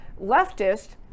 leftist